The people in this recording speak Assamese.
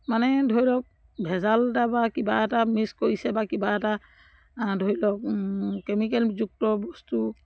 মানে ধৰি লওক ভেজাল এটা বা কিবা এটা মিক্স কৰিছে বা কিবা এটা ধৰি লওক কেমিকেলযুক্ত বস্তু